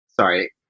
sorry